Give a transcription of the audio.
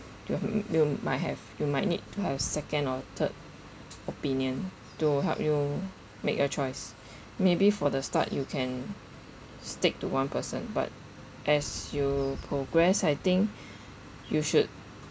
you have um you might have you might need to have second or third opinion to help you make your choice maybe for the start you can stick to one person but as you progress I think you should